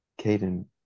Caden